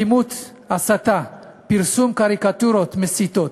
אלימות, הסתה, פרסום קריקטורות מסיתות,